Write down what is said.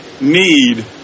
need